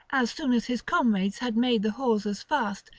as soon as his comrades had made the hawsers fast,